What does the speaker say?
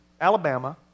Alabama